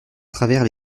travers